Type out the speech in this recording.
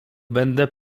będę